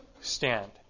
stand